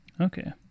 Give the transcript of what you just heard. okay